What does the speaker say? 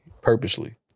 Purposely